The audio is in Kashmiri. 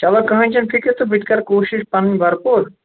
چلو کٕہٕنٛۍ چھَنہٕ فِکِر تہٕ بہٕ تہِ کَرٕ کوٗشِش پَنٕنۍ برپوٗر